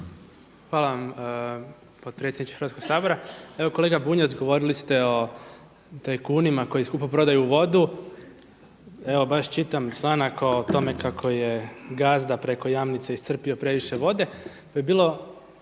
Hvala vam potpredsjedniče Hrvatskog sabora. Evo kolega Bunjac govorili ste o tajkunima koji skupo prodaju vodu. Evo baš čitam članak o tome kako je gazda preko Jamnice iscrpio previše vode,